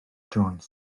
jones